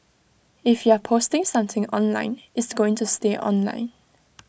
if you're posting something online it's going to stay online